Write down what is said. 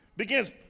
Begins